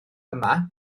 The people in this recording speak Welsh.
yma